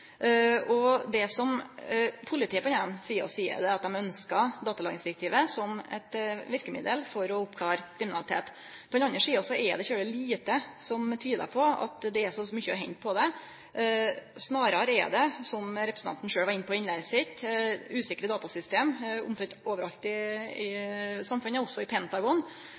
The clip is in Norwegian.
Det som politiet på den eine sida seier, er at dei ønskjer datalagringsdirektivet som eit verkemiddel for å oppklare kriminalitet. På den andre sida er det lite som tyder på at det er så mykje å hente på det. Snarare er det, som representanten sjølv var inne på i innlegget sitt, usikre datasystem omtrent overalt i samfunnet, også i Pentagon.